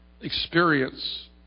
experience